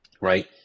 right